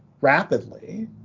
rapidly